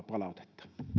palautteen